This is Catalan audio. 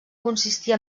consistir